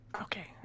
Okay